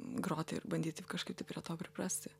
groti ir bandyti kažkaip tai prie to priprasti